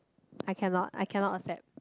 I cannot I cannot accept